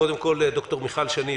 קודם כול ד"ר מיכל שני,